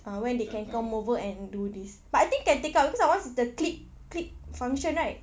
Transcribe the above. ah when they can come over and do this but I think can take out because ours is the click click function right